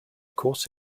course